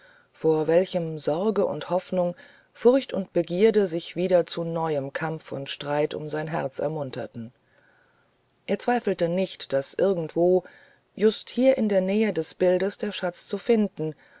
vor welchem sorge und hoffnung furcht und begier sich wieder zu neuem kampf und streit um sein herz ermunterten er zweifelte nicht daß wenn irgendwo just hier in der nähe des bildes der schatz zu finden